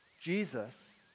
Jesus